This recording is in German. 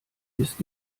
ist